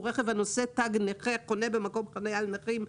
רכב הנושא תג נכה החונה במקום חניה לנכים,